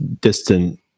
distant